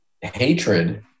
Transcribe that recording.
hatred